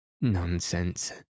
Nonsense